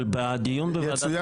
אבל בדיון --- זאב,